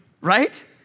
right